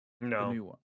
No